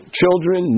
children